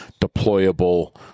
deployable